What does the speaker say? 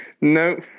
No